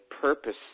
purposely